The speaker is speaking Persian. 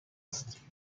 است